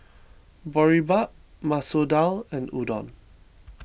Boribap Masoor Dal and Udon